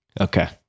Okay